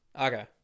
Okay